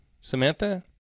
Samantha